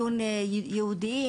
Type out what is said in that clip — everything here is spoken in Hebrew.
ניו זילנד,